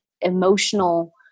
emotional